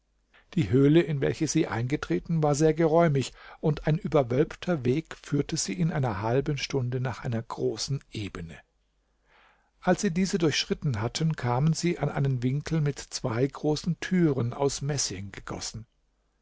die höhle in welche sie eingetreten war sehr geräumig und ein überwölbter weg führte sie in einer halben stunde nach einer großen ebene als sie diese durchschritten hatten kamen sie an einen winkel mit zwei großen türen aus messing gegossen